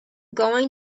going